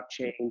blockchain